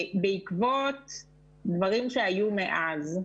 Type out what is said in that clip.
בעקבות דברים שהיו מאז,